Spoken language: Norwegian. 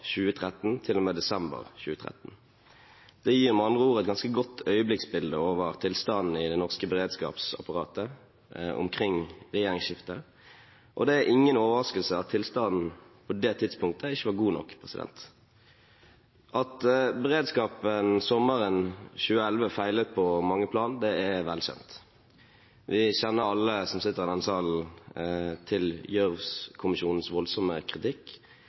2013 til og med desember 2013. Det gir med andre ord et ganske godt øyeblikksbilde over tilstanden i det norske beredskapsapparatet omkring regjeringsskiftet, og det er ingen overraskelse at tilstanden på det tidspunktet ikke var god nok. At beredskapen sommeren 2011 feilet på mange plan, er vel kjent. Vi kjenner alle som sitter i denne salen til Gjørv-kommisjonens voldsomme kritikk,